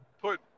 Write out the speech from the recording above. put